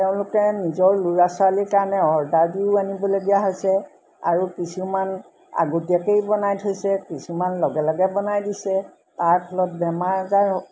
তেওঁলোকে নিজৰ ল'ৰা ছোৱালীৰ কাৰণে অৰ্ডাৰ দিও আনিবলগীয়া হৈছে আৰু কিছুমান আগতীয়াকেই বনাই থৈছে কিছুমান লগে লগে বনাই দিছে তাৰ ফলত বেমাৰ আজাৰ